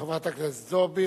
חברת הכנסת זועבי.